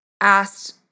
asked